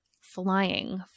flying